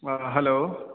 hello